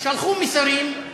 שלחו מסרים,